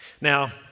Now